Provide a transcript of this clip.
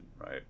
right